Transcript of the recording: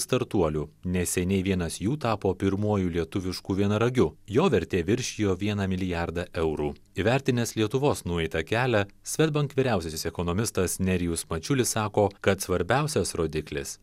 startuolių neseniai vienas jų tapo pirmuoju lietuvišku vienaragiu jo vertė viršijo vieną milijardą eurų įvertinęs lietuvos nueitą kelią swedbank vyriausiasis ekonomistas nerijus mačiulis sako kad svarbiausias rodiklis